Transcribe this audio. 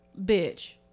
bitch